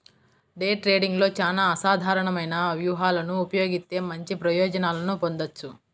day ట్రేడింగ్లో చానా అసాధారణమైన వ్యూహాలను ఉపయోగిత్తే మంచి ప్రయోజనాలను పొందొచ్చు